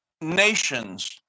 nations